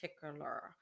particular